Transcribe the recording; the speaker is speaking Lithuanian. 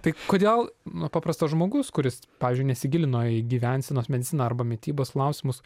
tai kodėl na paprastas žmogus kuris pavyzdžiui nesigilino į gyvensenos mediciną arba mitybos klausimus